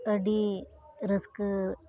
ᱟᱹᱰᱤ ᱨᱟᱹᱥᱠᱟᱹ